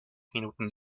minuten